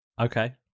Okay